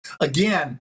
again